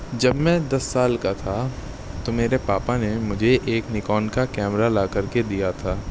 جب میں دس سال کا تھا تو میرے پاپا نے مجھے ایک نیکون کا کیمرہ لا کر کے دیا تھا